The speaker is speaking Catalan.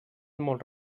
molt